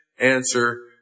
answer